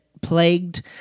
plagued